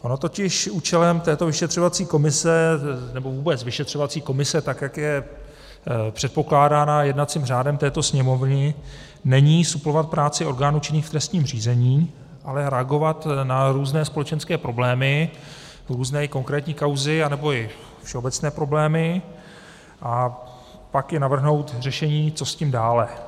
Ono totiž účelem této vyšetřovací komise, nebo vůbec vyšetřovací komise, tak jak je předpokládaná jednacím řádem této Sněmovny, není suplovat práci orgánů činných v trestním řízení, ale reagovat na různé společenské problémy, různé konkrétní kauzy nebo i všeobecné problémy a pak je navrhnout k řešení, co s tím dále.